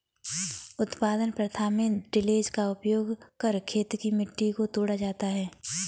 उत्पादन प्रथा में टिलेज़ का उपयोग कर खेत की मिट्टी को तोड़ा जाता है